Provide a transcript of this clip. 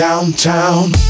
downtown